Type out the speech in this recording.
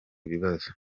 ibibazo